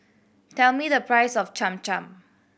tell me the price of Cham Cham